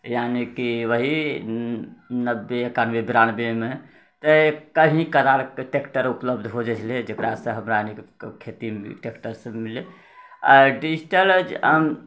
यानी कि वही नब्बे एकानबे बिरानबेमे तऽ कहीँ कधार ट्रेक्टर उपलब्ध हो जाइ छलै जकरासँ हमराअनीके खेतीमे भी ट्रेक्टरसँ मिललै आओर डिजिटल